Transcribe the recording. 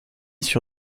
sur